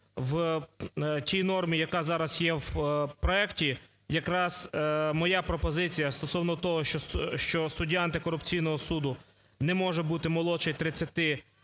в тій нормі, яка зараз є в проекті, якраз моя пропозиція стосовно того, що суддя антикорупційного суду не може бути молодший 30 та